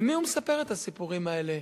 למי הוא מספר את הסיפורים האלה?